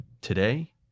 today